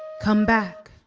come back,